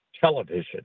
television